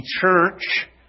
church